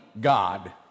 God